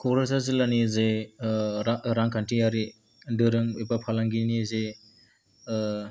कक्राझार जिल्लानि जे रांखान्थियारि दोरों एबा फालांगिनि जे